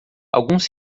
alguns